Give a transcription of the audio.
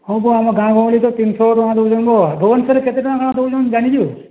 ହଁ ବୋ ଆମ ଗାଁ ଗହଳି ତ ତିନ୍ ଶହ ଟଙ୍କା ଦଉଛନ୍ ବୋ ଭୁବନେଶ୍ୱରରେ କେତେ ଟଙ୍କା କାଣା ଦଉଛନ୍ ଜାନିଛୁ